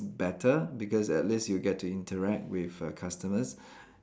better because at least you get to interact with err customers